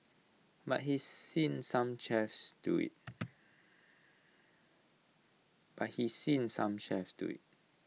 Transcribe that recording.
but he's seen some chefs do IT